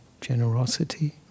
generosity